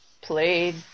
played